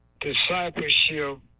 discipleship